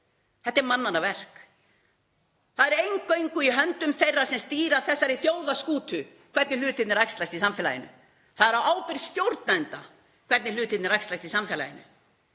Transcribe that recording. Þetta er mannanna verk. Það er eingöngu í höndum þeirra sem stýra þessari þjóðarskútu hvernig hlutirnir æxlast í samfélaginu. Það er á ábyrgð stjórnenda hvernig hlutirnir æxlast í samfélaginu.